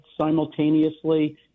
simultaneously